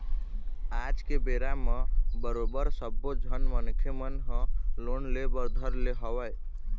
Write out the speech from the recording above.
आज के बेरा म बरोबर सब्बो झन मनखे मन ह लोन ले बर धर ले हवय